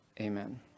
Amen